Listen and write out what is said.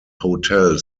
hotel